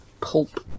pulp